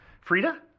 Frida